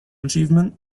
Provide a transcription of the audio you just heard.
achievement